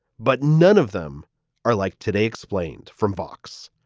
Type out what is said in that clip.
but none of them are like today explained from vox.